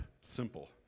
Simple